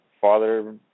Father